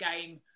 game